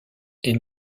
est